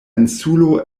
insulo